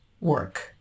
work